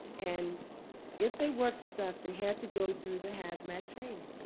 and if they worked with us, they had to go through the hazmat training.